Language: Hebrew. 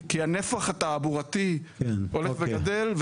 כי הנפח התעבורתי הולך וגדל,